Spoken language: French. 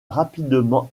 rapidement